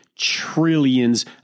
trillions